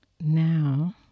Now